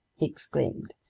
he exclaimed.